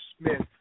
Smith